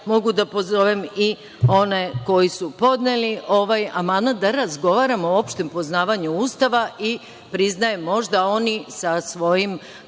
Mogu da pozovem i one koji su podneli ovaj amandman, da razgovaramo o opštem poznavanju Ustava. Priznajem, možda oni sa svojim